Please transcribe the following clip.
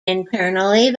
internally